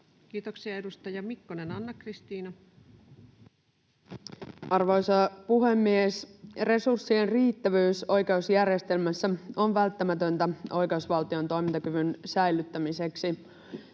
Kiitoksia. — Edustaja Mikkonen, Anna-Kristiina. Arvoisa puhemies! Resurssien riittävyys oikeusjärjestelmässä on välttämätöntä oikeusvaltion toimintakyvyn säilyttämiseksi.